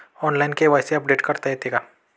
Online KYC update करता येते का?